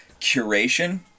curation